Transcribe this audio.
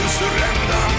surrender